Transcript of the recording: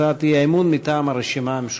הצעת אי-אמון מטעם הרשימה המשותפת.